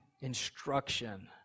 instruction